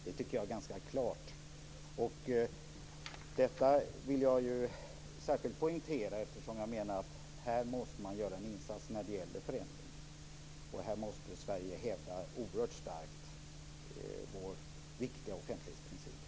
Det tycker jag är ganska klart, och detta vill jag särskilt poängtera, eftersom jag menar att man måste göra en insats när det gäller förändringarna, och här måste Sverige oerhört starkt hävda vår viktiga offentlighetsprincip.